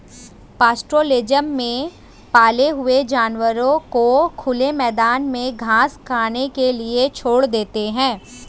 pastoralism में पाले हुए जानवरों को खुले मैदान में घास खाने के लिए छोड़ देते है